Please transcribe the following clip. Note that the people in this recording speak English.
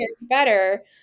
better